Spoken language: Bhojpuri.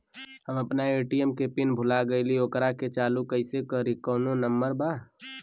हम अपना ए.टी.एम के पिन भूला गईली ओकरा के चालू कइसे करी कौनो नंबर बा?